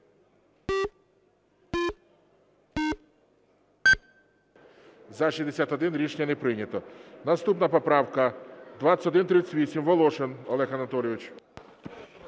За-61 Рішення не прийнято. Наступна поправка 2138, Волошин Олег Анатолійович.